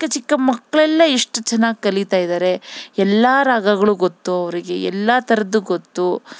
ಚಿಕ್ಕ ಚಿಕ್ಕ ಮಕ್ಕಳೆಲ್ಲ ಎಷ್ಟು ಚೆನ್ನಾಗ್ ಕಲಿತಾ ಇದಾರೆ ಎಲ್ಲಾ ರಾಗಗಳು ಗೊತ್ತು ಅವರಿಗೆ ಎಲ್ಲ ಥರದ್ದು ಗೊತ್ತು